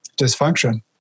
dysfunction